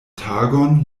tagon